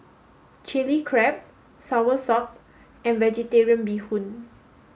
chili crab soursop and vegetarian bee hoon